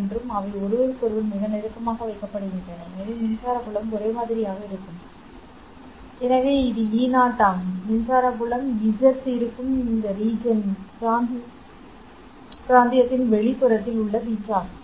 என்றும் அவை ஒருவருக்கொருவர் மிக நெருக்கமாக வைக்கப்படுகின்றன எனவே மின்சார புலம் ஒரே மாதிரியாக இருக்கும் அங்கு எனவே இது E0 ஆகும் இது மின்சார புலம் z இருக்கும் பிராந்தியத்தின் வெளிப்புறத்தில் உள்ள வீச்சு ஆகும்